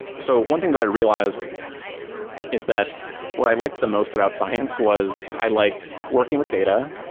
so one thing that i realized is that what i liked the most about science was i liked working with data.